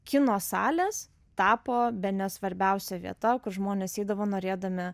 kino salės tapo bene svarbiausia vieta kur žmonės eidavo norėdami